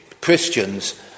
Christians